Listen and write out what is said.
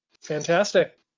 Fantastic